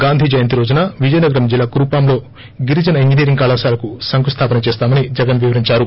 గాంధీ జయంతి రోజున విజయనగరం జిల్లా కురుపాంలో గిరిజన ఇంజినీరింగ్ కళాశాలకు శంకుస్లాపన చేస్తామని జగన్ తెలిపారు